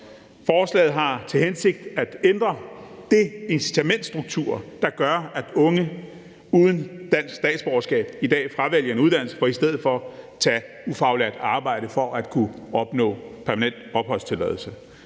Forslaget har til hensigt at ændre den incitamentsstruktur, der gør, at unge uden dansk statsborgerskab i dag fravælger en uddannelse for i stedet for at tage ufaglært arbejde for at kunne opnå permanent opholdstilladelse.